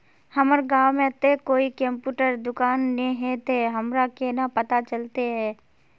हमर गाँव में ते कोई कंप्यूटर दुकान ने है ते हमरा केना पता चलते है?